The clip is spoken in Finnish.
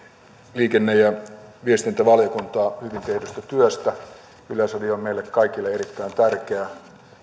liikenne ja viestintävaliokuntaa hyvin tehdystä työstä yleisradio on meille kaikille erittäin tärkeä